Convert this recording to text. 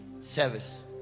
Service